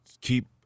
keep